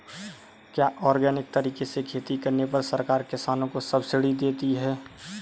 क्या ऑर्गेनिक तरीके से खेती करने पर सरकार किसानों को सब्सिडी देती है?